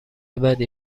بدی